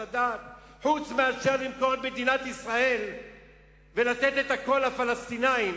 חוץ מאשר למכור את מדינת ישראל ולתת את הכול לפלסטינים